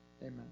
Amen